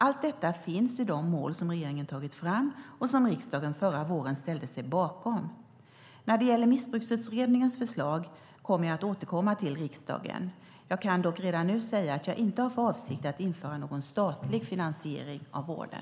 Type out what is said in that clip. Allt detta finns i de mål som regeringen tagit fram och som riksdagen förra våren ställde sig bakom. När det gäller Missbruksutredningens förslag kommer jag att återkomma till riksdagen. Jag kan dock redan nu säga att jag inte har för avsikt att införa någon statlig finansiering av vården.